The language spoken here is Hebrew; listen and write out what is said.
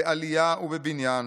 בעלייה ובבניין,